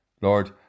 Lord